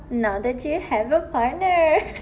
now that you have a partner